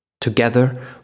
Together